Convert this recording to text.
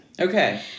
Okay